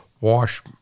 wash